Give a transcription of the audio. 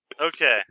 Okay